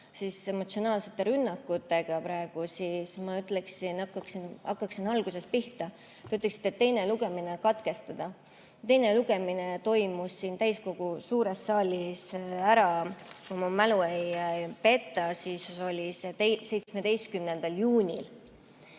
emotsionaalsete rünnakutega, siis ma hakkaksin algusest pihta. Te ütlesite, et teine lugemine katkestada. Teine lugemine toimus siin täiskogu suures saalis ära – kui mu mälu mind ei peta, siis oli see 17. juunil.